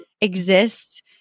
exist